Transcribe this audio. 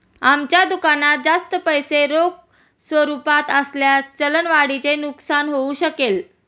आमच्या दुकानात जास्त पैसे रोख स्वरूपात असल्यास चलन वाढीचे नुकसान होऊ शकेल